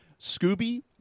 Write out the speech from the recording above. scooby